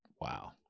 wow